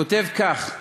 הוא כותב כך: